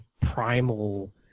primal